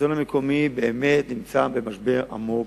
השלטון המקומי נמצא באמת במשבר עמוק,